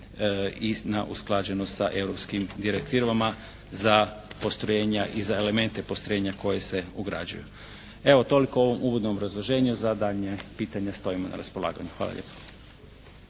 i na usklađenost sa europskim direktivama za postrojenja i za elemente postrojenja koji se ugrađuju. Evo toliko u ovom uvodnom obrazloženju. Za daljnja pitanja stojimo na raspolaganju. Hvala lijepa.